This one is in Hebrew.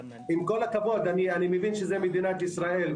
עם כל הכבוד, אני מבין שזאת מדינת ישראל.